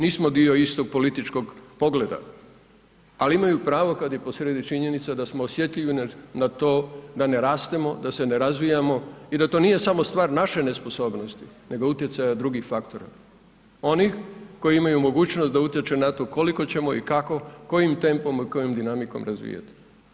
Nismo dio istog političkog pogleda ali imaju pravo kad je posrijedi činjenica da smo osjetljivi na to da ne rastemo, da se ne razvijamo i da to nije samo stvar naše nesposobnosti nego utjecaja drugih faktora, onih koji imaju mogućnost da utječe na to koliko ćemo i kako, kojim tempom i kojom dinamikom razvijati.